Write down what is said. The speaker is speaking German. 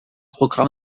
programm